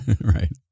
right